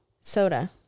Soda